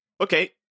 Okay